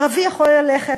ערבי יכול ללכת,